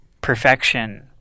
perfection